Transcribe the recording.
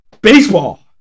Baseball